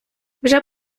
вже